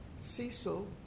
Cecil